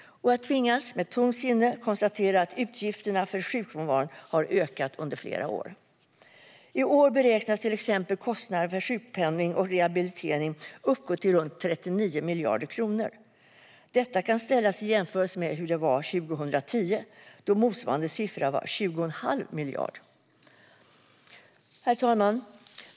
Jag tvingas med tungt sinne konstatera att utgifterna för sjukfrånvaron har ökat under flera år. I år beräknas till exempel kostnaderna för sjukpenning och rehabilitering uppgå till runt 39 miljarder kronor. Detta kan jämföras med 2010, då motsvarande siffra var 20 1⁄2 miljard. Herr talman!